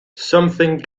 something